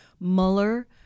Mueller